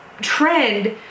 trend